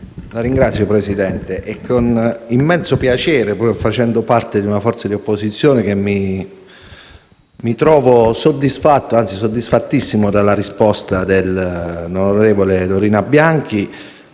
Signora Presidente, è con immenso piacere, pur facendo parte di una forza di opposizione, che mi dichiaro soddisfatto, anzi soddisfattissimo, della risposta dell'onorevole Dorina Bianchi